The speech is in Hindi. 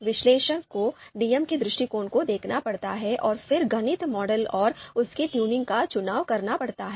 विश्लेषक को डीएम के दृष्टिकोण को देखना पड़ता है और फिर गणितीय मॉडल और उसकी ट्यूनिंग का चुनाव करना पड़ता है